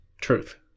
Truth